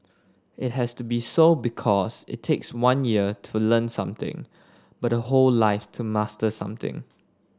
it has to be so because it takes one year to learn something but a whole life to master something